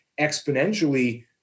exponentially